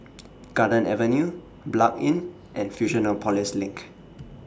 Garden Avenue Blanc Inn and Fusionopolis LINK